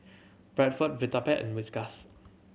Bradford Vitapet and Whiskas